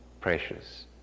precious